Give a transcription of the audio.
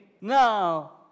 Now